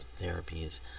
therapies